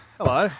hello